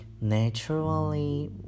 Naturally